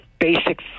basic